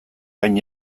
hain